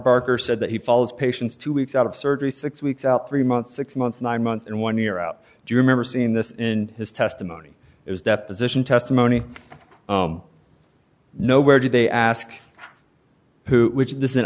barker said that he follows patients two weeks out of surgery six weeks out three months six months nine months and one year out do you remember seeing this in his testimony it was deposition testimony no where did they ask who which this